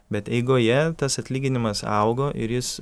bet eigoje tas atlyginimas augo ir jis